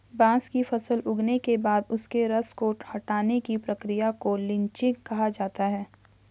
बांस की फसल उगने के बाद उसके रस को हटाने की प्रक्रिया को लीचिंग कहा जाता है